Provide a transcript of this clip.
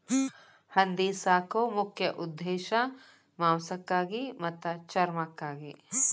ಹಂದಿ ಸಾಕು ಮುಖ್ಯ ಉದ್ದೇಶಾ ಮಾಂಸಕ್ಕಾಗಿ ಮತ್ತ ಚರ್ಮಕ್ಕಾಗಿ